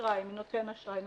אשראי מנותן אשראי,